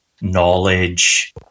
knowledge